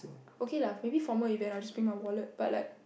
okay lah maybe from where which I just bring my wallet but like